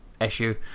issue